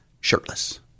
shirtless